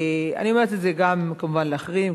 אני אומרת את זה גם כמובן לאחרים,